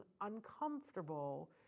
uncomfortable